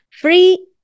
free